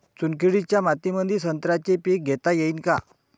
चुनखडीच्या मातीमंदी संत्र्याचे पीक घेता येईन का?